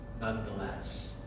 Nonetheless